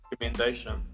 recommendation